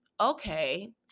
Okay